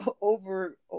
over